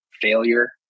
failure